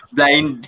Blind